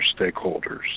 stakeholders